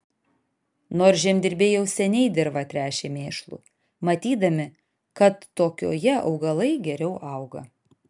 nors žemdirbiai jau seniai dirvą tręšė mėšlu matydami kad tokioje augalai geriau auga